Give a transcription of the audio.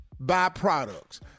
byproducts